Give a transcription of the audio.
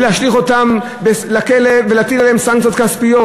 להשליך אותם לכלא ולהטיל עליהם סנקציות כספיות.